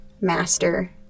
master